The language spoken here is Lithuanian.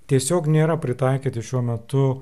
tiesiog nėra pritaikyti šiuo metu